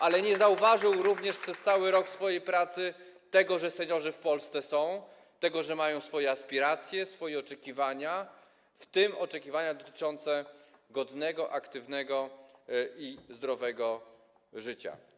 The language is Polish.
Ale nie zauważył również przez cały rok swojej pracy tego, że w Polsce są seniorzy, że mają swoje aspiracje, oczekiwania, w tym oczekiwania dotyczące godnego, aktywnego i zdrowego życia.